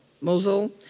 Mosul